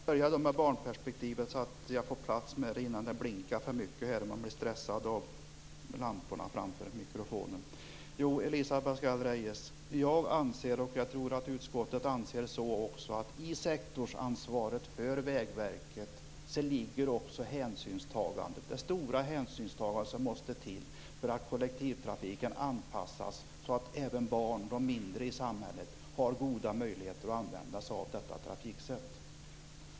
Herr talman! Jag börjar med barnperspektivet så att jag hinner med det innan det börjar blinka för mycket här och jag blir stressad av lamporna framför mikrofonen på mitt bord. Jo, Elisa Abascal Reyes, jag anser, och jag tror att också utskottet gör det, att i sektorsansvaret för Vägverket ligger också det stora hänsynstagande som måste till för en sådan anpassning av kollektivtrafiken att även barnen, de mindre i samhället, har goda möjligheter att använda sig av detta trafiksätt.